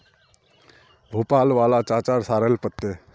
भोपाल वाला चाचार सॉरेल पत्ते